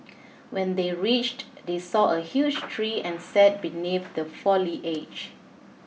when they reached they saw a huge tree and sat beneath the foliage